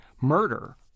murder